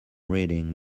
reading